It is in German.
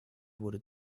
wurde